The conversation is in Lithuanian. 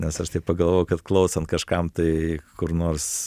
nes aš taip pagalvojau kad klausant kažkam tai kur nors